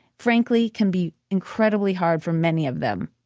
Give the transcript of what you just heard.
frankly, can be incredibly hard for many of them.